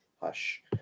hush